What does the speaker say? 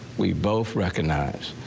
we both recognize